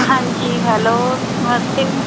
ਹਾਂਜੀ ਹੈਲੋ ਨਮਸਤੇ